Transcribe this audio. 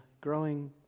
growing